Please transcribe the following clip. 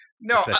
no